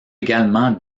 également